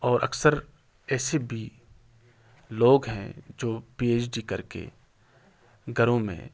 اور اکثر ایسے بھی لوگ ہیں جو پی ایچ ڈی کر کے گھروں میں